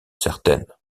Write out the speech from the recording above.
certaine